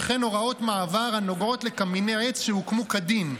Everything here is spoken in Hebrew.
וכן הוראות מעבר הנוגעות לקמיני עץ שהוקמו כדין,